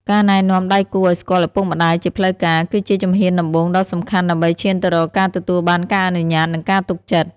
ការណែនាំដៃគូឱ្យស្គាល់ឪពុកម្ដាយជាផ្លូវការ គឺជាជំហានដំបូងដ៏សំខាន់ដើម្បីឈានទៅរកការទទួលបានការអនុញ្ញាត និងការទុកចិត្ត។